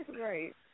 Right